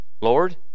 Lord